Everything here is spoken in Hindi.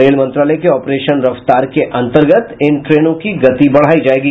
रेल मंत्रालय के ऑपरेशन रफ्तार के अंतर्गत इन ट्रेनों की गति बढ़ायी जायेगी